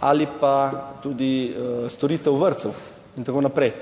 ali pa tudi storitev vrtcev in tako naprej.